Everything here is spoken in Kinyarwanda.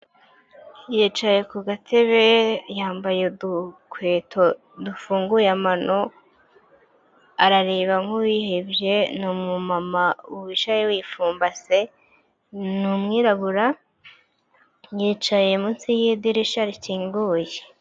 Yicaye ku gatebe, yambaye udukweto dufunguye amano, arareba nk'uwihebye, ni umama wicaye wifumbase, ni umwirabura, yicaye munsi y'idirishya rikinguye.